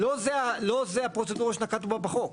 לא זו הפרוצדורה שנקטנו בה בחוק.